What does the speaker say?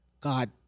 God